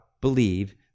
believe